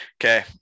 okay